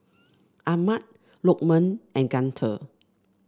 Ahmad Lokman and Guntur